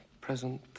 present